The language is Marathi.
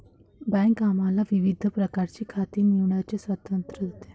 बँक आम्हाला विविध प्रकारची खाती निवडण्याचे स्वातंत्र्य देते